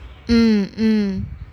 mm mm